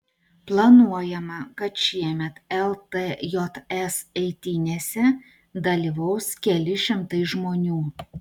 planuojama kad šiemet ltjs eitynėse dalyvaus keli šimtai žmonių